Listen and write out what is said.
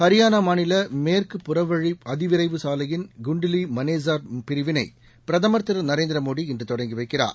ஹரியானா மாநில மேற்கு புறவழி அதிவிரைவு சாலையின் குண்டுலி மனேசார் பிரிவினை பிரதமர் திரு நரேந்திர மோடி இன்று தொடங்கி வைக்கிறார்